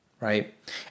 right